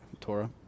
Torah